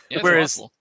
Whereas